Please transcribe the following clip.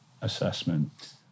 assessment